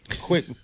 Quick